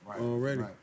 Already